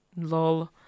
Lol